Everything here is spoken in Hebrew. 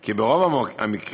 כי ברוב המקרים,